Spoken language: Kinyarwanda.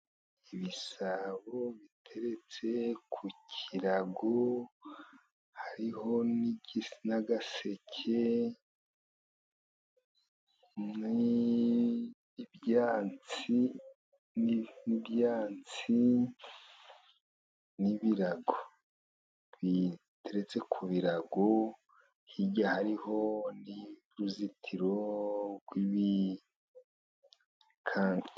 Ibisabo biteretse ku kirago hariho n'agaseke, n'ibyansi n'ibirago biteretse ku birago, hirya hariho n'uruzitiro rw'ibika...